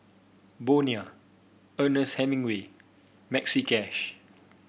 Bonia Ernest Hemingway Maxi Cash